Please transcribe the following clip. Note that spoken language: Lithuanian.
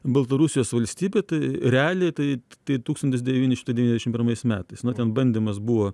baltarusijos valstybė tai realiai tai tai tūkstantis devyni šimtai devyniasdešim pirmais metais na ten bandymas buvo